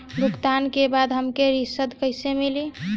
भुगतान के बाद हमके रसीद कईसे मिली?